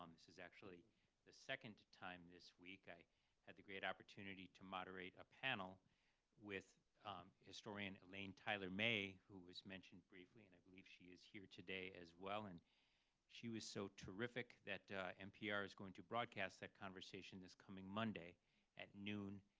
um this is actually the second time this week i had the great opportunity to moderate a panel with historian elaine tyler-may, who was mentioned briefly, and i believe she is here today as well. and she was so terrific that npr is going to broadcast that conversation this coming monday at noon,